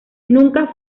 nunca